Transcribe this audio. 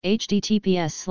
https